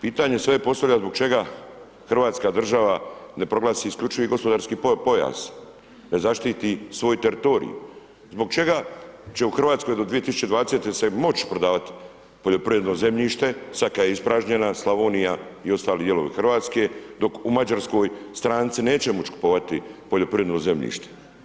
Pitanje se sada postavlja zbog čega Hrvatska država ne proglasi isključivi gospodarski pojas, ne zaštiti svoj teritorij, zbog čega će u Hrvatskoj će se do 2020. se moć prodavati poljoprivredno zemljište, sada kada je ispražnjena Slavonija i ostali dijelovi Hrvatske, dok u Mađarskoj stranci neće moći kupovati poljoprivredno zemljište.